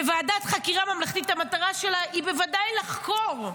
ועדת חקירה ממלכתית, המטרה שלה היא בוודאי לחקור.